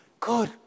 Good